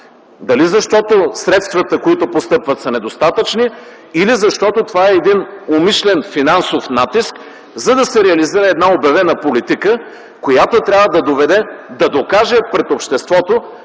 дали защото средствата, които постъпват, се недостатъчни или защото това е един умишлен финансов натиск, за да се реализира една обявена политика, която трябва да докаже пред обществото,